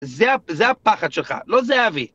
זה הפחד שלך, לא זהבי.